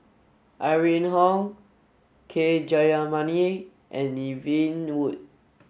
Irene Khong K Jayamani and Yvonne Ng Uhde